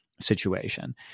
situation